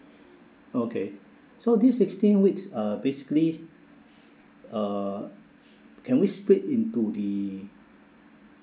okay so this sixteen weeks uh basically uh can we split into the